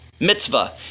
mitzvah